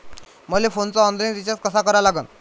मले फोनचा online recharge कसा करा लागन?